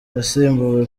yasimbuwe